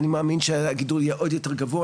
אני מאמין שהגידול יהיה עוד יותר גבוה,